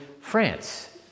France